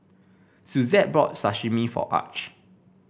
Suzette bought Sashimi for Arch